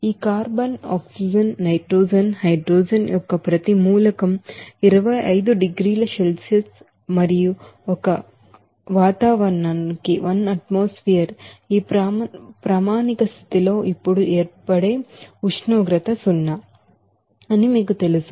ఈ carbon oxygen nitrogen hydrogen యొక్క ప్రతి ఎలిమెంట్ 25 డిగ్రీల సెల్సియస్ మరియు ఒక వాతావరణానికి ఈ స్టాండర్డ్ కండిషన్లో ఇప్పుడు ఏర్పడే ఉష్ణోగ్రత సున్నా అని మీకు తెలుసు